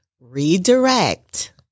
redirect